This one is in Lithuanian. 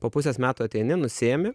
po pusės metų ateini nusiimi